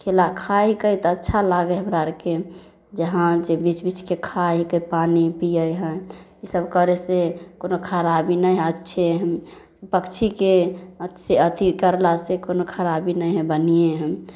खेला खाए हिके तऽ अच्छा लागै हइ हमरा आरके जे हँ जे बिछ बिछके खाए हिके पानि पिए हइ इसभ करै से कोनो खराबी नै अच्छे हुँ पक्षीके से अथि करला से कोनो खराबी नहि हइ बढ़ियेँ हइ